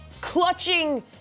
clutching